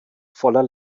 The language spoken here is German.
voller